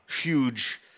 huge